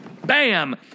Bam